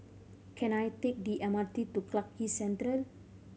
can I take the M R T to Clarke Quay Central